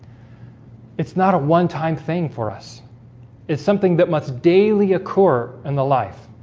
it's not a one-time thing for us it's something that must daily occur and the life